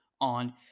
on